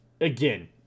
again